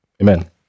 Amen